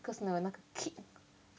cause 你有那个 kick